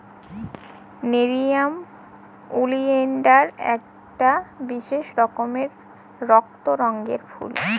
nerium oleander একটা বিশেষ রকমের রক্ত রঙের ফুল